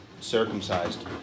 Circumcised